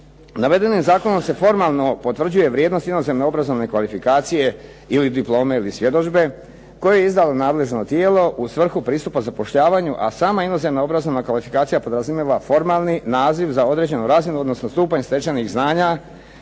navedenim zakonom se formalno potvrđuje vrijednost inozemne obrazovne kvalifikacije ili diplome ili svjedodžbe koje je izdalo nadležno tijelo u svrhu pristupa zapošljavanju. A sama inozemna obrazovna kvalifikacija podrazumijeva formalni naziv za određenu razinu odnosno stupanj stečenih znanja,